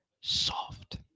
soft